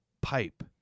pipe